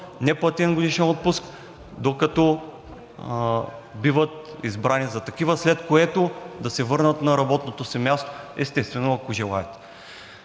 неплатен годишен отпуск, докато биват избрани за такива, след което да се върнат на работното си място – естествено, ако желаят.